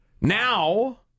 Now